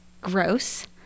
gross